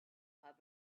had